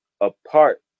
apart